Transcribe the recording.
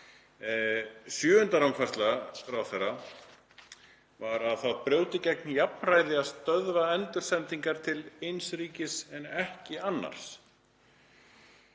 Sjöunda rangfærsla ráðherra var að það brjóti gegn jafnræði að stöðva endursendingar til eins ríkis en ekki annars.